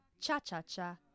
cha-cha-cha